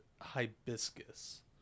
hibiscus